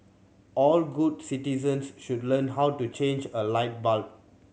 all good citizens should learn how to change a light bulb